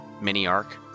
mini-arc